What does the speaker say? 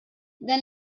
dan